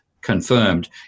confirmed